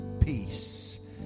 peace